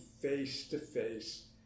face-to-face